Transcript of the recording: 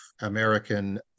American